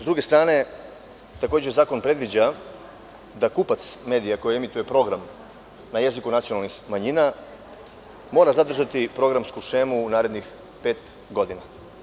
S druge strane, zakon takođe predviđa da kupac medija, koji emituje program na jeziku nacionalnih manjina, mora zadržati programsku šemu u narednih pet godina.